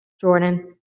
Jordan